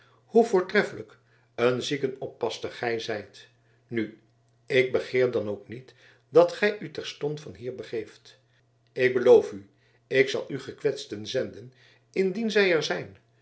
hoe voortreffelijk een ziekenoppasster gij zijt nu ik begeer dan ook niet dat gij u terstond van hier begeeft ik beloof u ik zal u gekwetsten zenden indien zij er zijn